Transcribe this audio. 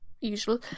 Usual